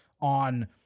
on